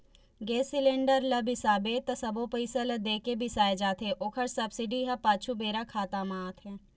गेस cylinder ल बिसाबे त सबो पइसा ल दे के बिसाए जाथे ओखर सब्सिडी ह पाछू बेरा खाता म आथे